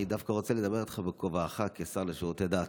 אני דווקא רוצה לדבר איתך בכובעך כשר לשירותי דת.